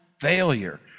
failure